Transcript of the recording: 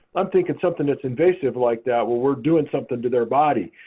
i'm thinking something that's invasive like that, where we're doing something to their body.